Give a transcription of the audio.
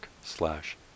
slash